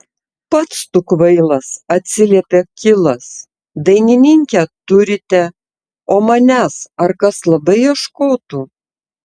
pats tu kvailas atsiliepė kilas dainininkę turite o manęs ar kas labai ieškotų